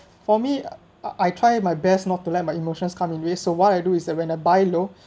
for me I try my best not to let my emotions comes in way so what I do is that when I buy low